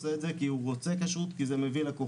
עושה את זה כי הוא רוצה כשרות,